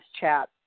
chat